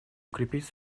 укрепить